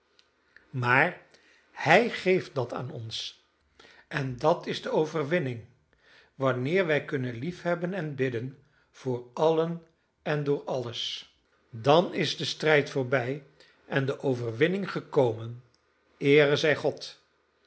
maar hij geeft dat aan ons en dat is de overwinning wanneer wij kunnen liefhebben en bidden voor allen en door alles dan is de strijd voorbij en de overwinning gekomen eere zij god